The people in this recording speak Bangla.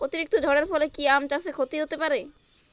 অতিরিক্ত ঝড়ের ফলে কি আম চাষে ক্ষতি হতে পারে?